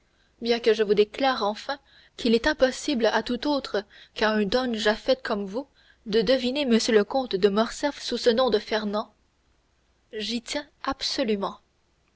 bien que je vous déclare enfin qu'il est impossible à tout autre qu'à un don japhet comme vous de deviner m le comte de morcerf sous ce nom de fernand j'y tiens absolument